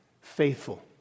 Faithful